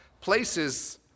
places